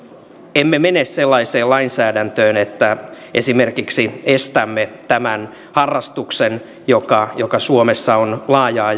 emme mene sellaiseen lainsäädäntöön että esimerkiksi estämme tämän harrastuksen joka joka suomessa on laajaa